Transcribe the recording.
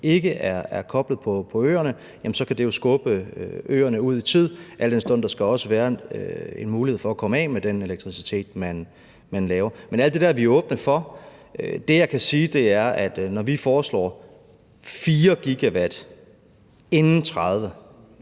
ikke er koblet til øerne, kan det jo skubbe øerne ud i tid, al den stund der også skal være en mulighed for at komme af med den elektricitet, man laver. Men alt det er vi åbne for. Det, jeg kan sige, er, at når vi foreslår 4 GW inden 2030,